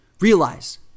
realize